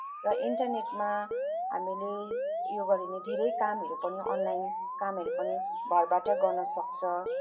र इन्टरनेटमा हामीले ऊ यो गरिने धेरै कामहरू पनि अनलाइन कामहरू पनि घरबाटै गर्न सक्छ